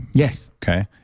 yes okay,